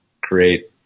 create